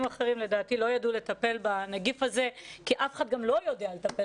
האחרים לדעתי לא ידעו לטפל בנגיף הזה כי אף אחד גם לא יודע לטפל